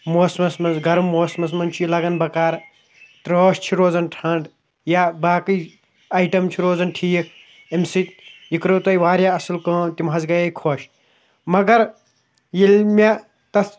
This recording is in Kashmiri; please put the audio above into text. موسمَس منٛز گَرَم موسمَس منٛز چھُ یہِ لَگان بَکار ترٛیش چھِ روزان ٹھنٛڈ یا باقٕے آیٹَم چھِ روزان ٹھیٖک اَمہِ سۭتۍ یہِ کٔرٕو تۄہہِ واریاہ اَصٕل کٲم تِم حظ گٔیے خۄش مگر ییٚلہِ مےٚ تَتھ